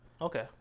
Okay